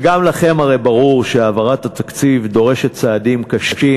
וגם לכם הרי ברור שהעברת התקציב דורשת צעדים קשים,